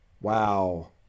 Wow